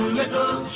little